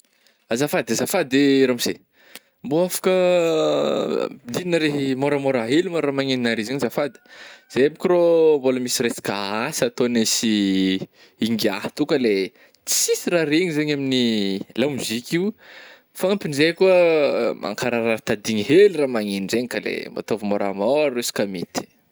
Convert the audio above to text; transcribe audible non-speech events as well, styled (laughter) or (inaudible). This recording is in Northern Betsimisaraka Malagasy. Azafady azafady ramose mbô afaka ah (hesitation) ampidigninareo môramôra hely ma raha magnenonare zany azafady, zay aby ka rôh mbola misy resaka asa ataognay sy ih ingiahy toa ka le tsisy raha regny zany amin'ny lamoziky io, fagnampin'izay koa ah, mankararirary tadigny hely raha magneno zegny ka le mba ataovy môramôra izy ka mety.